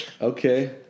Okay